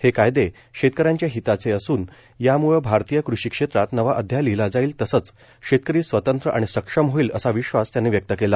हे कायदे शेतकऱ्यांच्या हिताचे असून याम्ळं भारतीय कृषी क्षेत्रांत नवा अध्याय लिहीला जाईल तसंच शेतकरी स्वतंत्र आणि सक्षम होईल असा विश्वास त्यांनी व्यक्त केला